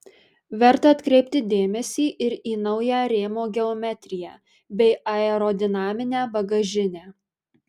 verta atkreipti dėmesį ir į naują rėmo geometriją bei aerodinaminę bagažinę